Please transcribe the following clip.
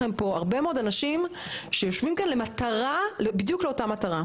יושב פה אדם, ואת היית שם, את היית איתנו.